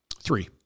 three